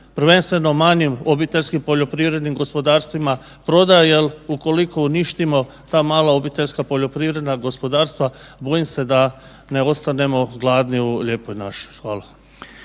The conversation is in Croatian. prvenstveno manjim obiteljskim poljoprivrednim gospodarstvima prodaja jer ukoliko uništimo ta mala mala obiteljska poljoprivredna gospodarstva bojim se da ne ostanemo gladni u lijepoj našoj. Hvala.